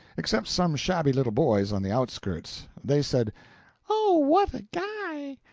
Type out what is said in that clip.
except some shabby little boys on the outskirts. they said oh, what a guy!